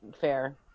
fair